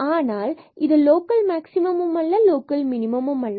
ஆனால் இது local maximum அல்ல லோக்கல் மினிமம் அல்ல